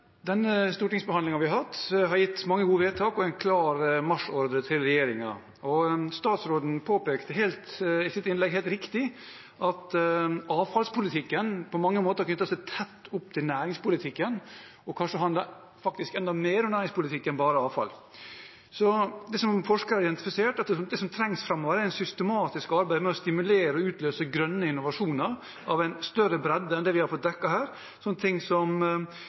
denne stortingsbehandlingen vi har hatt, har gitt mange gode vedtak og en klar marsjordre til regjeringen. Statsråden påpekte i sitt innlegg, helt riktig, at avfallspolitikken på mange måter knytter seg tett opp til næringspolitikken og kanskje handler faktisk enda mer om næringspolitikk enn om bare avfall. Forskere har indentifisert at det som trengs framover, er et systematisk arbeid med å stimulere og utløse grønne innovasjoner av en større bredde enn det vi har fått dekket her – ting som